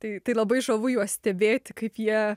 tai tai labai žavu juos stebėti kaip jie